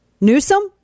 Newsom